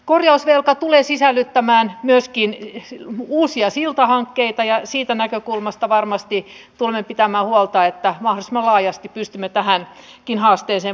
korjausvelka tulee sisällyttämään myöskin uusia siltahankkeita ja siitä näkökulmasta varmasti tulemme pitämään huolta että mahdollisimman laajasti pystymme tähänkin haasteeseen vaikuttamaan